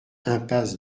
impasse